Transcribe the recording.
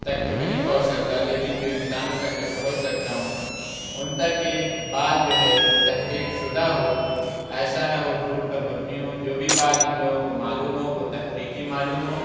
تک تو نہیں پہنچ سکتا لیکن جو انسانوں تک کہ پہنچ سکتا ہوں اُن تک کہ بات جو ہے وہ تحقیق شُدہ ہو ایسا نہ ہو جھوٹ پر مبنی ہو جو بھی بات اُن لوگوں کو معلوم ہو وہ تحقیقی معلوم ہو